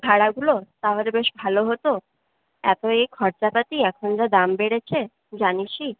ভাড়াগুলো তাহলে বেশ ভালো হতো এত এই খরচাপাতি এখন যা দাম বেড়েছে জানিসই